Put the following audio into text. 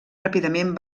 ràpidament